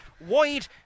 wide